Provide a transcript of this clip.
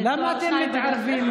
למה אתם מתערבים?